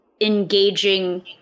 engaging